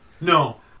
No